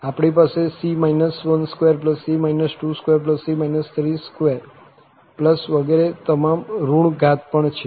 આપણી પાસે c 12c 22c 32 વગેરે તમામ ઋણ ઘાત પણ છે